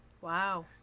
Wow